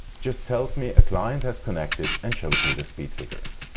just tells me a client has connected and shows me the speed figures.